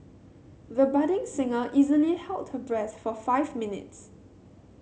the budding singer easily held her breath for five minutes